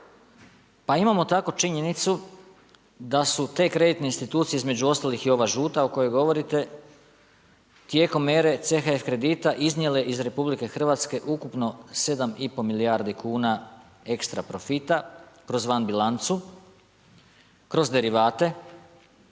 Pa imamo tako činjenicu da su te kreditne institucije između ostalih i ova žuta o kojoj govorite, tijekom ere CHF kredita iznijele iz RH ukupno 7 i pol milijardi kuna ekstra profita kroz van bilancu, kroz derivate,